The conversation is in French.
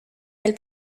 elle